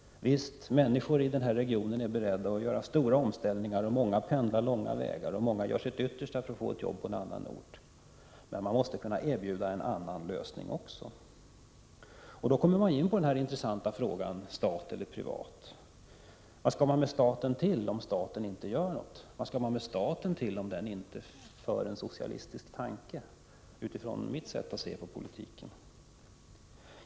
Visst är människor i den här regionen beredda att göra stora omställningar. Många pendlar långa vägar, många gör sitt yttersta för att få ett jobb på annan ort. Men en annan lösning måste också kunna erbjudas. Då kommer vi in på den intressanta frågan om statlig eller privat verksamhet. Vad skall man med staten till om inte staten gör något, vad skall man med staten till om den inte anlägger en socialistisk syn, utifrån mitt sätt att se, på politiken?